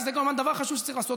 שזה כמובן דבר חשוב שצריך לעשות,